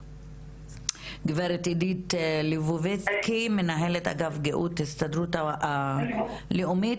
גברת עידית ליפובצקי מנהלת אגף גאות ההסתדרות הלאומית.